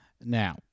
Now